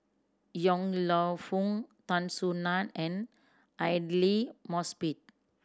Yong Lew Foong Tan Soo Nan and Aidli Mosbit